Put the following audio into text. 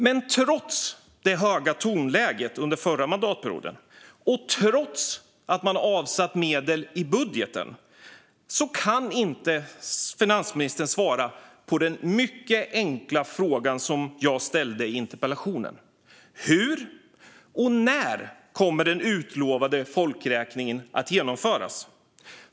Men trots det höga tonläget under förra mandatperioden och trots att man avsatt medel i budgeten kan inte finansministern svara på den mycket enkla fråga som jag ställde i interpellationen: Hur och när kommer den utlovade folkräkningen att genomföras?